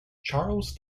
charles